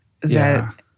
that-